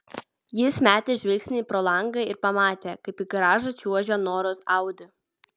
jis metė žvilgsnį pro langą ir pamatė kaip į garažą čiuožia noros audi